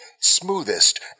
smoothest